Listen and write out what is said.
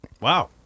Wow